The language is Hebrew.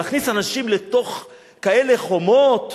להכניס אנשים לתוך כאלה חומות?